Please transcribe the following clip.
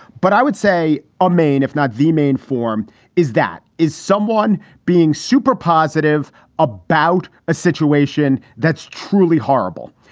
but i would say a um main, if not the main form is that is someone being super positive about a situation that's truly horrible.